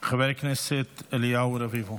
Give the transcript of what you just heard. חבר הכנסת אליהו רביבו,